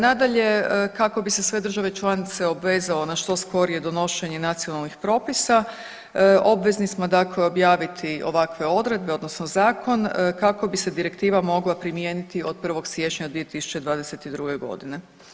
Nadalje, kako bi se sve države članice obvezalo na što skorije donošenje nacionalnih propisa obvezni smo dakle objaviti ovakve odredbe odnosno zakon kako bi se direktiva mogla primijeniti od 1. siječnja 2022. godine.